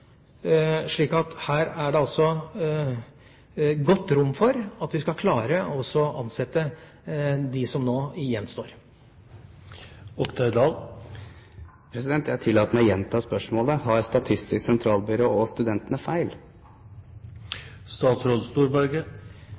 Her er det altså godt rom for at vi også skal klare å ansette dem som nå gjenstår. Jeg tillater meg å gjenta spørsmålet: Tar Statistisk sentralbyrå og studentene feil?